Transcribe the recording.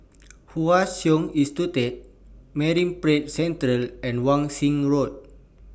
Hwa Chong Institution Marine Parade Central and Wan Shih Road